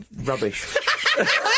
rubbish